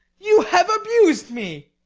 you have abus'd me.